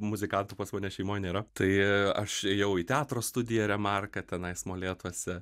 muzikantų pas mane šeimoj nėra tai aš ėjau į teatro studiją remarka tenais molėtuose